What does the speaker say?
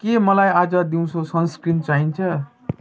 के मलाई आज दिउँसो सनस्क्रिन चाहिन्छ